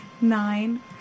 Nine